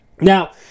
Now